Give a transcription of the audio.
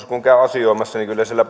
kun käy asioimassa niin kyllä siellä